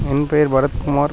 என் பெயர் பரத்குமார்